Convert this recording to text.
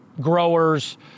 growers